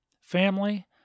family